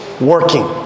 working